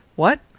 what!